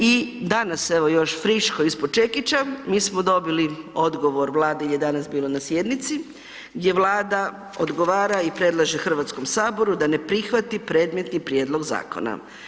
I danas evo još friško ispod čekića mi smo dobili odgovor, Vlada je danas bila na sjednici, gdje Vlada odgovara i predlaže HS-u da ne prihvati predmetni prijedlog zakona.